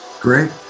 Great